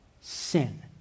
Sin